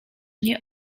nie